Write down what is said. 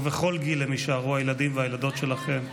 ובכל גיל הם יישארו הילדים והילדות שלכם,